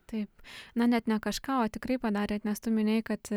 taip na net ne kažką o tikrai padarėt nes tu minėjai kad